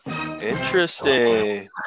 Interesting